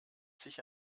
sich